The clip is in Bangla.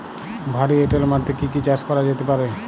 ভারী এঁটেল মাটিতে কি কি চাষ করা যেতে পারে?